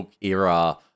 era